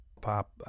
Pop